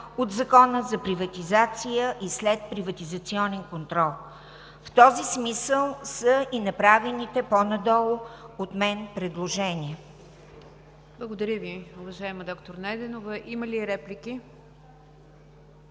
от Закона за приватизация и следприватизационен контрол“. В този смисъл са и направените по-надолу от мен предложения. ПРЕДСЕДАТЕЛ НИГЯР ДЖАФЕР: Благодаря Ви, уважаема доктор Найденова. Има ли реплики?